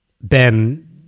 Ben